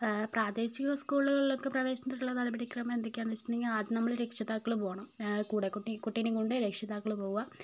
പ്രാദേശിക സ്കൂളുകളിലൊക്കെ പ്രവേശനത്തിനുള്ള നടപടി ക്രമം എന്തൊക്കെയാന്ന് വെച്ചിട്ടുണ്ടെങ്കിൽ ആദ്യം നമ്മൾ രക്ഷിതാക്കൾ പോകണം കൂടെ കുട്ടി കുട്ടീനേയും കൊണ്ട് രക്ഷിതാക്കൾ പോകുക